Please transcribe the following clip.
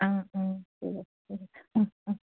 অ' অ' ঠিক অহ অহ